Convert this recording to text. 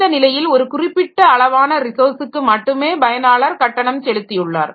இந்த நிலையில் ஒரு குறிப்பிட்ட அளவான ரிசோர்ஸுக்கு மட்டுமே பயனாளர் கட்டணம் செலுத்தியுள்ளார்